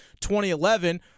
2011